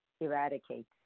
eradicates